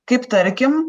kaip tarkim